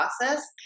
process